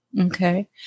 Okay